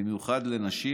בייחוד לנשים,